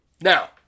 Now